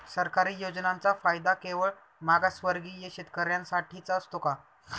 सरकारी योजनांचा फायदा केवळ मागासवर्गीय शेतकऱ्यांसाठीच असतो का?